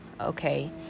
Okay